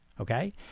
Okay